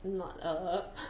not err